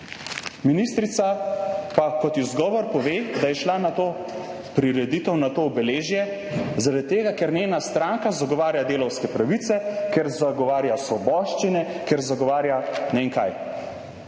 Ministrica pa kot izgovor pove, da je šla na to prireditev, na to obeležje zaradi tega, ker njena stranka zagovarja delavske pravice, ker zagovarja svoboščine, ker zagovarja ne